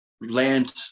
land